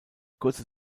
kurze